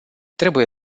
trebuie